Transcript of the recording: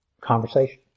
conversation